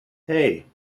hey